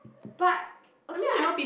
but okay ah I